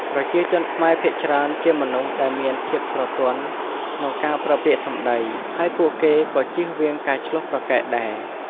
ប្រជាជនខ្មែរភាគច្រើនជាមនុស្សដែលមានភាពស្រទន់ក្នុងការប្រើពាក្យសម្ដី ហើយពួកគេក៏ជៀសវាងការឈ្លោះប្រកែកដែរ។